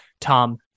Tom